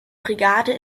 brigade